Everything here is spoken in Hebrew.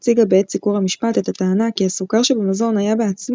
הציגה בעת סיקור המשפט את הטענה כי הסוכר שבמזון היה בעצמו